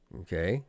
okay